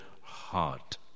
heart